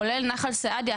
כולל נחל סעדיה,